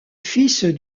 fils